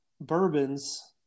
bourbons